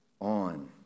on